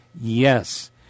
yes